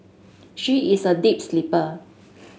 she is a deep sleeper